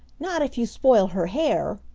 not if you spoil her hair,